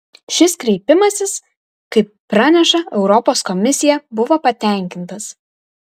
šis kreipimasis kaip praneša europos komisija buvo patenkintas